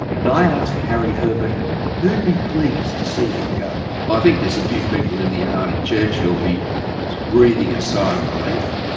and i asked harry herbert who'd be pleased to see him go. i think there's a few people in the uniting church who'll be breathing a sigh of relief.